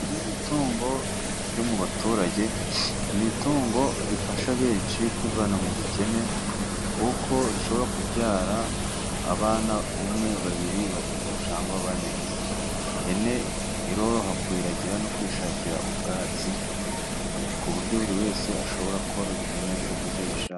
Ihene ni itungo ryo mu baturage, ni itungo rifasha benshi kwivana mu bukene, kuko rishobora kubyara abana umwe, babiri, batatu cyangwa bane. Ihene iroroha kuyiragira no kuyishakira ubwatsi, ku buryo buri wese ashobora korora ihene uburyo abishatse.